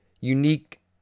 unique